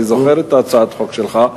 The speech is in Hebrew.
אני זוכר את הצעת החוק שלך,